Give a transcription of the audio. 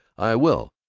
i will!